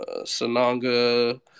Sananga